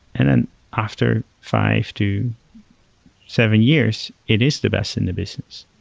and then after five to seven years, it is the best in the business.